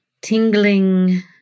tingling